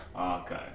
Okay